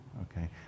okay